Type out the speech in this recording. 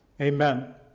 Amen